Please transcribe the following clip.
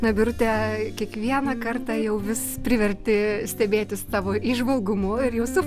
na birute kiekvieną kartą jau vis priverti stebėtis tavo įžvalgumu ir jūsų